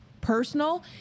personal